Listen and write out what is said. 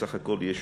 בסך הכול יש